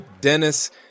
Dennis